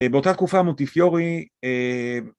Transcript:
‫באותה תקופה מונטיפיורי... אה...